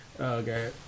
Okay